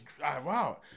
wow